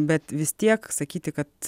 bet vis tiek sakyti kad